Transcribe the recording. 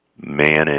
manage